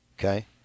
Okay